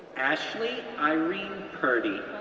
ashley irene purdy,